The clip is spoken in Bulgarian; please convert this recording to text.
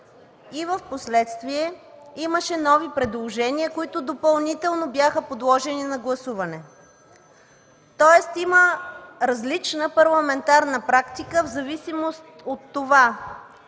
и впоследствие имаше нови предложения, които допълнително бяха подложени на гласуване. Тоест, има различна парламентарна практика в зависимост от това